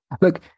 look